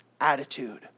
attitude